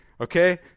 okay